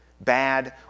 bad